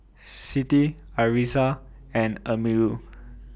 Siti Arissa and Amirul